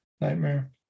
Nightmare